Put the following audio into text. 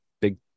big